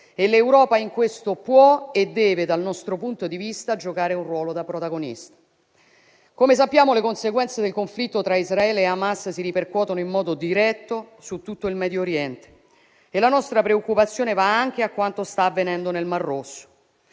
e l'Europa in questo può e deve, dal nostro punto di vista, giocare un ruolo da protagonista. Come sappiamo, le conseguenze del conflitto tra Israele e Hamas si ripercuotono in modo diretto su tutto il Medio Oriente e la nostra preoccupazione va anche a quanto sta avvenendo nel Mar Rosso.